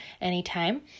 anytime